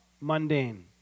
mundane